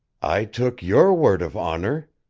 i took your word of honor,